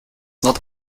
not